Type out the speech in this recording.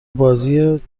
بازی